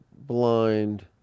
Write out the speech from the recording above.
blind